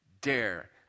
Dare